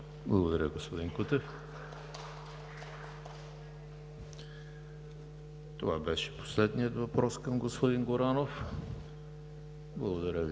Благодаря Ви, господин Кутев. Това беше последният въпрос към господин Горанов. Благодаря Ви за